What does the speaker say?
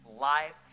life